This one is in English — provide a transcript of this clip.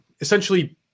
essentially